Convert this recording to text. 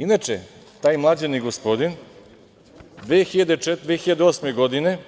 Inače, taj mlađani gospodin 2008. godine